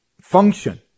function